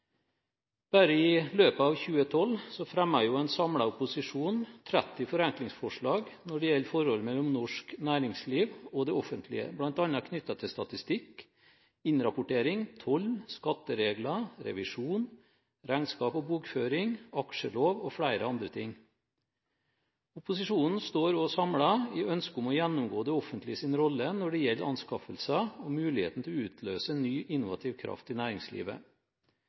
Bare i løpet av 2012 fremmet en samlet opposisjon 30 forenklingsforslag når det gjelder forholdet mellom norsk næringsliv og det offentlige, bl.a. knyttet til statistikk, innrapportering, toll, skatteregler, revisjon, regnskap og bokføring, aksjelov og flere andre ting. Opposisjonen står også samlet i ønsket om å gjennomgå det offentliges rolle når det gjelder anskaffelser og muligheten til å utløse ny innovativ kraft i næringslivet.